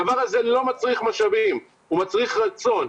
הדבר הזה לא מצריך משאבים, הוא מצריך רצון.